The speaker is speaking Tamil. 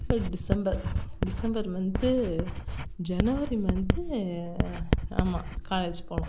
December December month January month ஆமாம் காலேஜ் போனோம்